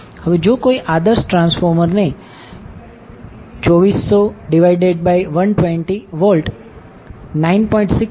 હવે જો કોઈ આદર્શ ટ્રાન્સફોર્મરને 2400120 V 9